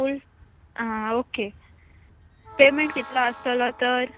फूल आं okay payment कितलो आसतलो तर